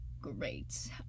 great